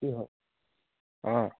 কি হয় অঁ